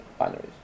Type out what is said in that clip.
binaries